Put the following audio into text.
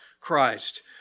Christ